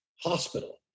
hospital